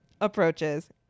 approaches